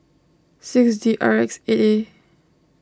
six D R X eight A